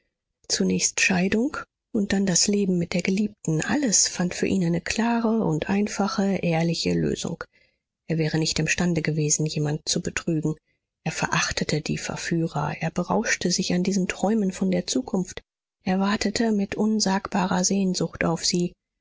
zunächst scheidung und dann das leben mit der geliebten alles fand für ihn eine klare und einfache ehrliche lösung er wäre nicht imstande gewesen jemand zu betrügen er verachtete die verführer er berauschte sich an diesen träumen von der zukunft er wartete mit unsagbarer sehnsucht auf sie